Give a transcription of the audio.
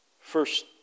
First